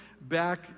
back